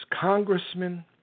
congressmen